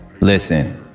Listen